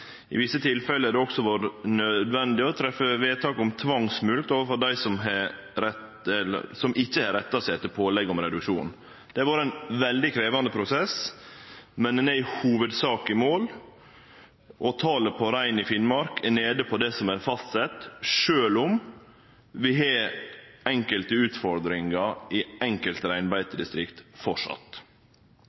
I visse tilfelle har det også vore nødvendig å treffe vedtak om tvangsmulkt overfor dei som ikkje har retta seg etter pålegg om reduksjon. Det har vore ein veldig krevjande prosess, men ein er i hovudsak i mål, og talet på rein i Finnmark er nede på det som er fastsett, sjølv om vi har enkelte utfordringar i enkelte reinbeitedistrikt